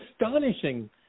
astonishing